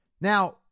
Now